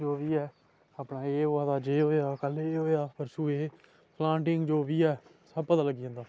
जो बी ऐ अपना एह् होआ दा जे होएया कल एह् होएया परसों एह् फ्लान डींग जो बी ऐ सब पता लग्गी जंदा